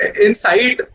inside